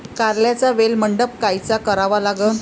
कारल्याचा वेल मंडप कायचा करावा लागन?